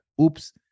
oops